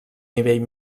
nivell